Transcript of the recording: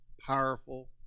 powerful